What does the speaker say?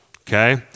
Okay